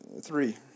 Three